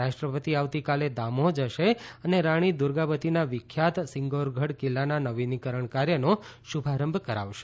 રાષ્ટ્રપતિ આવતીકાલે દામોહ જશે અને રાણી દુર્ગાવતીના વિખ્યાત સિંગોરગઢ કિલ્લાના નવીનીકરણ કાર્યનો શુભારંભ કરાવશે